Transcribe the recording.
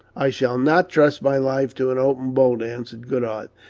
i shall not trust my life to an open boat answered goodhart.